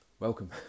Welcome